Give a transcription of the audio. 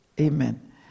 amen